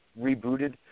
rebooted